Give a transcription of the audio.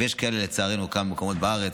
ויש לצערנו כמה מקומות כאלה בארץ,